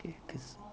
it cause